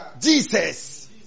Jesus